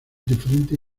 diferentes